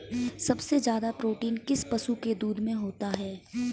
सबसे ज्यादा प्रोटीन किस पशु के दूध में होता है?